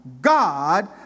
God